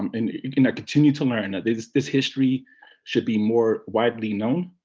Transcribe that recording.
um and continue to learn that this this history should be more widely known.